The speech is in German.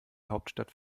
hauptstadt